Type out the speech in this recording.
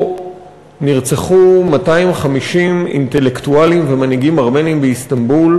נרצחו 250 אינטלקטואלים ומנהיגים ארמנים באיסטנבול.